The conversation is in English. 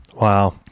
Wow